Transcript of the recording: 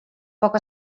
poc